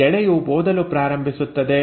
ಈ ಎಳೆಯು ಓದಲು ಪ್ರಾರಂಭಿಸುತ್ತದೆ